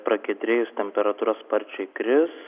pragiedrėjus temperatūra sparčiai kris